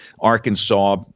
Arkansas